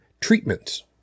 treatments